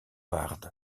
waard